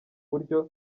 buryo